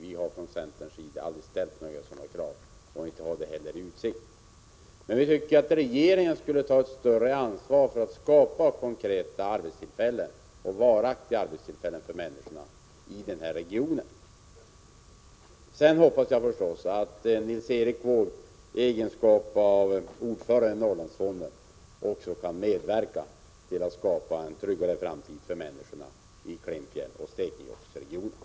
Vi från centerns sida har aldrig ställt några sådana krav och inte heller ställt sådant i utsikt. Men vi tycker att regeringen skall ta större ansvar för att skapa konkreta och varaktiga arbetstillfällen för människorna i denna region. Sedan hoppas jag förstås att Nils Erik Wååg i egenskap av ordförande i Norrlandsfonden också skall medverka till att skapa en tryggare framtid för människorna i glesbygden i Klimpfjällsoch Stekenjokksregionerna.